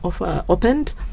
opened